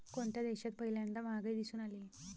कोणत्या देशात पहिल्यांदा महागाई दिसून आली?